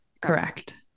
Correct